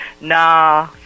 Nah